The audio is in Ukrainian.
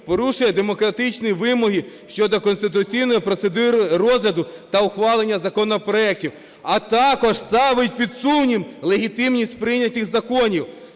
порушує демократичні вимоги щодо конституційної процедури розгляду та ухвалення законопроектів, а також ставить під сумнів легітимність прийнятих законів".